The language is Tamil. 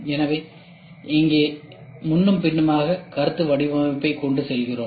எனவே இங்கே நாம் முன்னும் பின்னுமாக கருத்துரு வடிவமைப்பைக் கொண்டு செல்கிறோம்